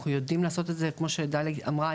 אנחנו יודעים לעשות את זה כמו שדלי אמרה,